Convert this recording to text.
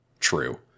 True